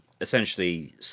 essentially